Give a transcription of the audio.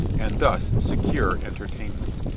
and thus secure entertainment.